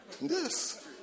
Yes